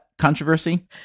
controversy